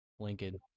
Lincoln